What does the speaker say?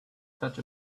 such